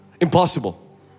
Impossible